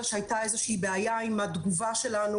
שהייתה איזושהי בעיה עם התגובה שלנו,